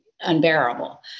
unbearable